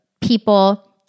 people